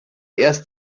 erst